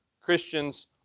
Christians